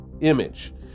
image